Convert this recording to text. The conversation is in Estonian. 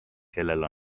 kellel